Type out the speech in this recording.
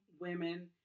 women